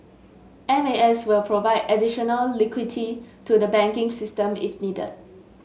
M A S will provide additional liquidity to the banking system if needed